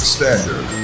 Standard